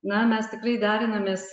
na mes tikrai derinamės